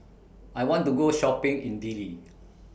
I want to Go Shopping in Dili